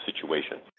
situation